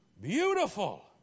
Beautiful